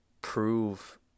Prove